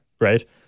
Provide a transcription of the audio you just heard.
right